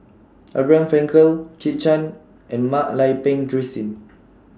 Abraham Frankel Kit Chan and Mak Lai Peng Christine